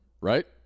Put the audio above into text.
right